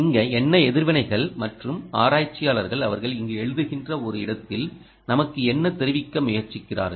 இங்கு என்ன எதிர்வினைகள் மற்றும் ஆராய்ச்சியாளர்கள் அவர்கள் இங்கு எழுதுகின்ற ஒரு இடத்தில் நமக்கு என்ன தெரிவிக்க முயற்சிக்கிறார்கள்